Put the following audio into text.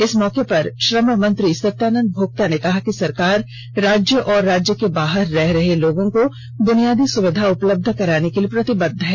इस मौके पर श्रम मंत्री सत्यानंद भोगता ने कहा कि सरकार राज्य और राज्य के बाहर रह रहे लोगों को बुनियादी सुविधा उपलब्ध कराने के लिए प्रतिबद्ध है